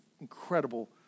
incredible